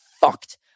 fucked